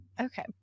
Okay